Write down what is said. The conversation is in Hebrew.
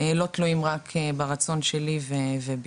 לא תלויים רק ברצון שלי ובי.